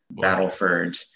battleford